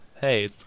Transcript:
hey